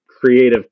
creative